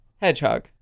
Hedgehog